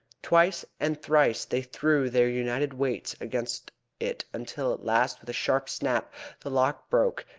twice and thrice they threw their united weights against it until at last with a sharp snap the lock broke,